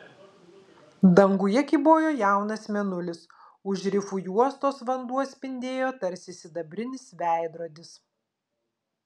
danguje kybojo jaunas mėnulis už rifų juostos vanduo spindėjo tarsi sidabrinis veidrodis